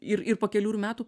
ir ir po kelių metų